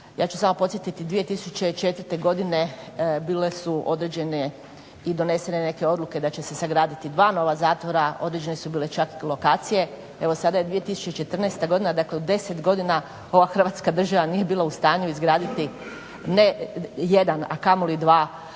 Ja ću samo podsjetiti, 2004. godine bile su određene i donesene neke odluke da će se sagraditi dva nova zatvara, određene su bile čak i lokacije, evo sada je 2014. godina, dakle u 10 godina ova Hrvatska država nije bila u stanju izgraditi, ne jedan, a kamoli dva